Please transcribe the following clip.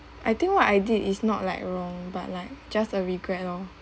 I think what I did is not like wrong but like just a regret loh